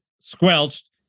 squelched